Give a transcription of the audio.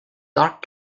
dark